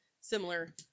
similar